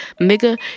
nigga